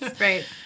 Right